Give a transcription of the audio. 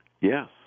Yes